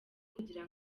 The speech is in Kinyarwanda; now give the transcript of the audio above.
kugira